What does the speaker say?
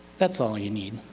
that's all you need.